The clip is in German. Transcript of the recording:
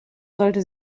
sollte